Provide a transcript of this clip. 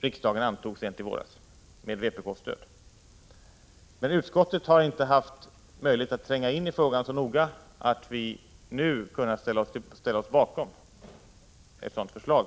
riksdagen antog sent i våras, med vpk:s stöd. Utskottet har dock inte haft möjlighet att tränga in i frågan så noga att det nu kunde ställa sig bakom ett sådant förslag.